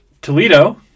Toledo